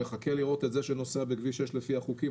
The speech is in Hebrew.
אני מחכה לראות את זה שנוסע בכביש 6 לפי החוקים,